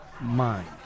mind